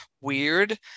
weird